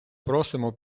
просимо